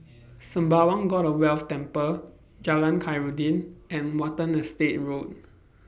Sembawang God of Wealth Temple Jalan Khairuddin and Watten Estate Road